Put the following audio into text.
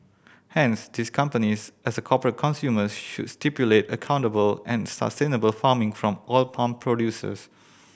hence these companies as corporate consumers should stipulate accountable and sustainable farming from oil palm producers